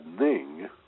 Ning